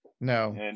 No